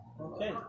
Okay